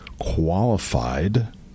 qualified